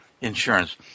insurance